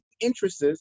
interests